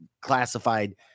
classified